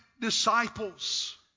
Disciples